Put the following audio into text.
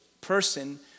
person